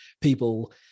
people